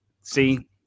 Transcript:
See